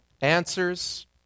answers